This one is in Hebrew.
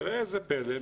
וראה זה פלא,